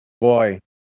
Boy